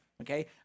okay